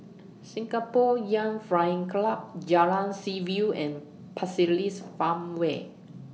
Singapore Youth Flying Club Jalan Seaview and Pasir Ris Farmway